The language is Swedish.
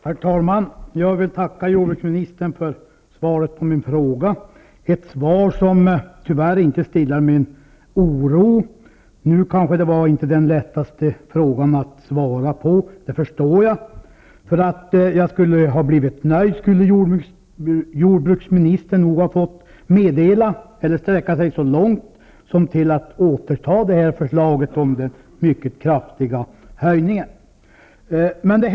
Herr talman! Jag vill tacka jordbruksministern för svaret på min fråga, ett svar som tyvärr inte stillar min oro. Nu kanske det inte var den lättaste frågan att svara på, och det förstår jag. För att jag skulle ha blivit nöjd, skulle jordbruksministern ha fått sträcka sig så långt som till att återta förslaget om den mycket kraftiga höjningen av avgifterna.